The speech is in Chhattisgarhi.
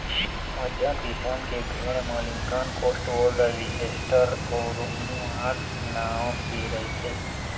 मध्यम किसम के भेड़ म लिंकन, कौस्टवोल्ड, लीसेस्टर अउ रोमनी मार्स नांव के रहिथे